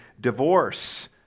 divorce